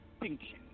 extinction